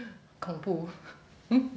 恐怖